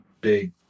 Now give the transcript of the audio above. big